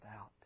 out